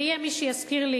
ויהיה מי שיזכיר לי,